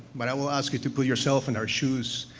but i will ask you to put yourself in our shoes.